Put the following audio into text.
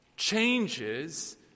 changes